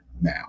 now